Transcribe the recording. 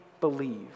believe